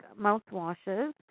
mouthwashes